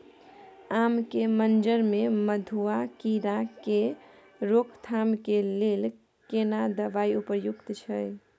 आम के मंजर में मधुआ कीरा के रोकथाम के लेल केना दवाई उपयुक्त छै?